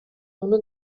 una